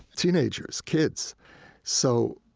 teenagers, kids so,